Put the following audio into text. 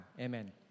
Amen